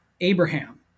Abraham